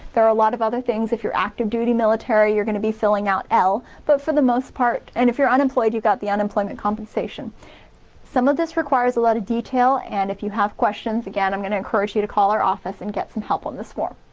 there are a lot of other things if you're active duty military, you're gonna be filling out l, but for the most part and if you're unemployed you got the unemployment compensation some of this requires a lot of detail and if you have questions, again, i'm gonna encourage you to call our office and get some help on this form.